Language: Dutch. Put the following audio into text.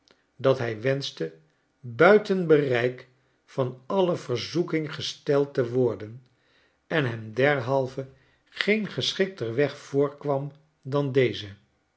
dathij wenschte buiten bereik van alle verzoking gesteld te worden en hem derhalve geen geschikter weg voorkwam dan deze